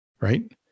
right